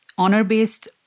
honor-based